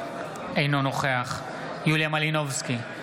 אינו נוכח יוליה מלינובסקי,